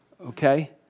Okay